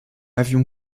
avion